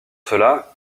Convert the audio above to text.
cela